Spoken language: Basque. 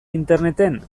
interneten